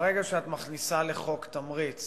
ברגע שאת מכניסה לחוק תמריץ